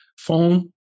phone